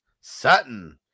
Sutton